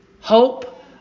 hope